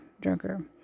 drunker